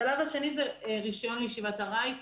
השלב השני הוא רישיון לישיבת ארעי,